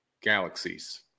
galaxies